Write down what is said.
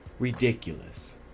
ridiculous